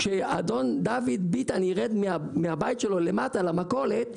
כשאדון דוד ביטן ירד מהבית שלו למטה למכולת,